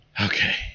okay